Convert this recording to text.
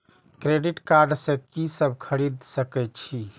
Credit card से की सब खरीद सकें छी?